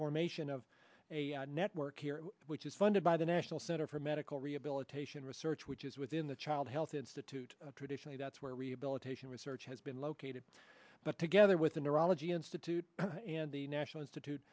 formation of a network here which is funded by the national center for medical rehabilitation research which is within the child health institute traditionally that's where rehabilitation research has been located but together with the neurology institute and the national institute